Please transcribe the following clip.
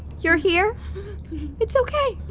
you're here it's okay.